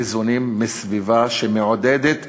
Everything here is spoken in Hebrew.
ניזונים מסביבה שמעודדת פערים,